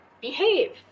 behave